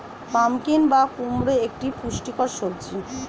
pumpkin বা কুমড়ো একটি পুষ্টিকর সবজি